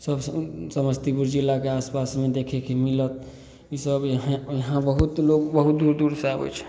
सबसँ समस्तीपुर जिलाके आसपासमे देखैके मिलत ईसब इहाँ इहाँ बहुत लोक बहुत दूर दूरसँ आबै छै